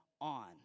on